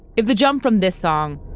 if the jump from this song